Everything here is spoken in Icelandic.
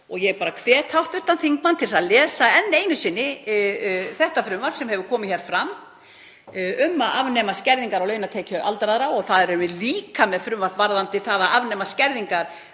fátækt. Ég hvet hv. þingmann til að lesa enn einu sinni það frumvarp sem hefur komið hér fram um að afnema skerðingar á launatekjur aldraðra. Þar erum við líka með frumvarp varðandi það að afnema skerðingar